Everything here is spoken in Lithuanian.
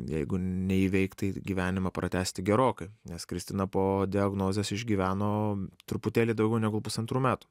jeigu neįveikt tai gyvenimą pratęsti gerokai nes kristina po diagnozės išgyveno truputėlį daugiau negu pusantrų metų